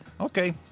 Okay